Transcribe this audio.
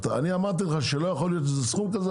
אני אמרתי לך שלא יכול להיות שזה סכום כזה,